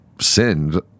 sinned